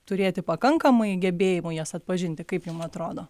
turėti pakankamai gebėjimų jas atpažinti kaip jum atrodo